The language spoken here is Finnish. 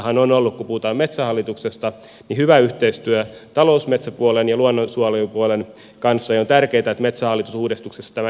metsähallituksessahan on ollut kun puhutaan metsähallituksesta hyvä yhteistyö talousmetsäpuolen ja luonnonsuojelupuolen kanssa ja on tärkeätä että metsähallitusuudistuksessa tämä yhteistyö säilyy